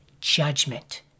judgment